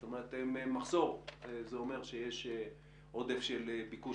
זאת אומרת מחסור זה אומר שיש עודף ביקוש